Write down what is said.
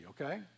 okay